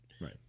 Right